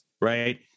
right